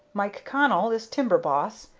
mike connell is timber boss,